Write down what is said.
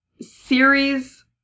series